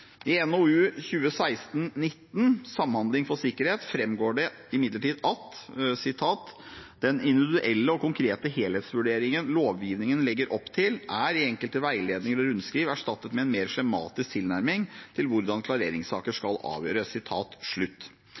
I NOU 2016: 19, Samhandling for sikkerhet, framgår det imidlertid: «Den individuelle og konkrete helhetsvurderingen lovgivningen legger opp til, er i enkelte veiledninger og rundskriv erstattet med en mer skjematisk tilnærming til hvordan klareringssaker skal